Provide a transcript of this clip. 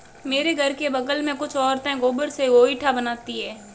मेरे घर के बगल में कुछ औरतें गोबर से गोइठा बनाती है